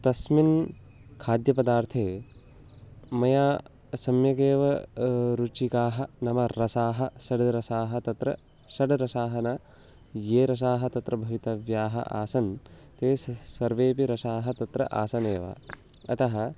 तस्मिन् खाद्यपदार्थे मया सम्यगेव रुचिकरं नाम रसाः षड्रसाः तत्र षड् रसाः न ये रसाः तत्र भवितव्याः आसन् ते सर्वे सर्वे सर्वे अपि रसाः तत्र आसन्नेव अतः